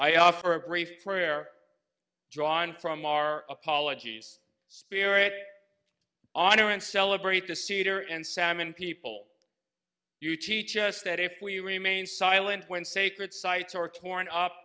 i offer a brief prayer drawn from our apologies spirit honor and celebrate the souter and salmon people you teach us that if we remain silent when sacred sites are torn up